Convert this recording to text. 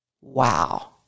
Wow